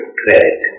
credit